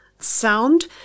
sound